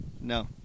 No